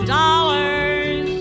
dollars